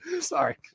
Sorry